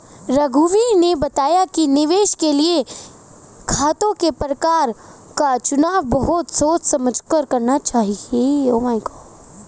रघुवीर ने बताया कि निवेश के लिए खातों के प्रकार का चुनाव बहुत सोच समझ कर करना चाहिए